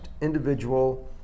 individual